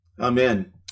Amen